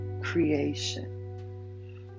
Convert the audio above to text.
creation